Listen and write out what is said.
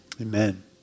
Amen